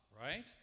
Right